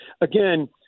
again